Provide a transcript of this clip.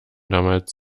damals